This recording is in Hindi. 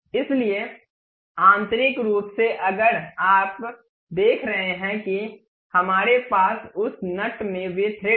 इसलिए आंतरिक रूप से अगर आप देख रहे हैं कि हमारे पास उस नट में वे थ्रेड हैं